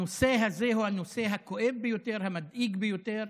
הנושא הזה הוא הנושא הכואב ביותר, המדאיג ביותר,